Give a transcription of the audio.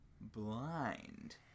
blind